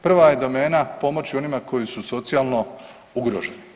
Prva je domena pomoći onima koji su socijalno ugroženi.